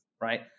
right